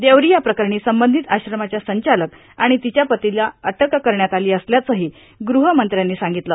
देवरिया प्रकरणी संबंधित आश्रमाच्या संचालक आणि तिच्या पतीला अटक करण्यात आली असल्याचंही ग्रहमंत्र्यांनी सांगितलं